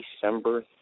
December